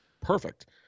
Perfect